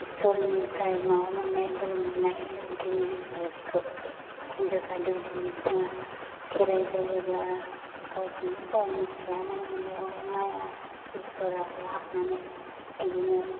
इस्वरनिफ्राय माबा मोन्नाय बोर मोन्नाय दौदिनो होनो आरो बेखौ बे हिन्जावसा दौदिनि बिथाङा खेराइ जायोब्ला गावखौनो गाव मिथिया मालायनिआवहाय माया इस्वराहाय हाबनानै बिदिनो